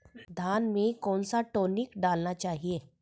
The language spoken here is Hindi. धान में कौन सा टॉनिक डालना चाहिए?